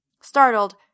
Startled